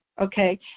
Okay